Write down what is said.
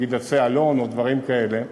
עצי אלון ודברים כאלה,